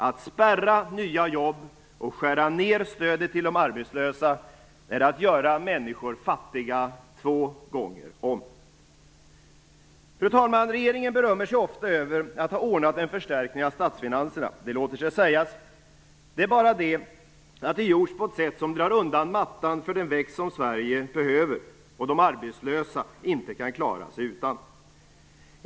Att spärra nya jobb och skära ned stödet till de arbetslösa är att göra människor fattiga två gånger om. Fru talman! Regeringen berömmer sig ofta över att ha ordnat en förstärkning av statsfinanserna. Det låter sig sägas. Det är bara det, att det gjorts på ett sätt som drar undan mattan för den växt som Sverige behöver och de arbetslösa inte kan klara sig utan.